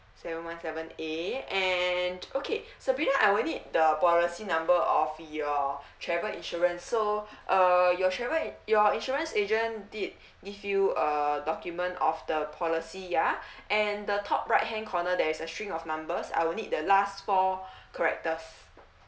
seven one seven A and okay sabrina I will need the policy number of your travel insurance so uh your travel your insurance agent did give you a document of the policy ya and the top right hand corner there is a string of numbers I will need the last four characters